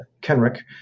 Kenrick